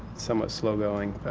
somewhat slow going.